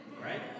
Right